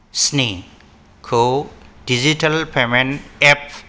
स्नि खौ digital payment app